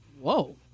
Whoa